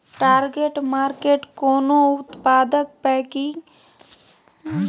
target market कोनो उत्पादक packaging आओर वितरणकेँ सेहो सूचित कए सकैत छै